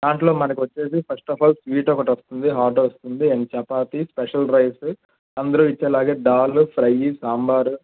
దాంట్లో మనకు వచ్చి ఫస్ట్ ఆఫ్ ఆల్ స్వీట్ ఒకటి వస్తుంది హాట్ వస్తుంది అండ్ చపాతి స్పెషల్ రైస్ అందరు ఇచ్చేలాగా దాల్ ఫ్రై సాంబార్